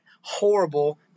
horrible